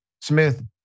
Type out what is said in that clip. Smith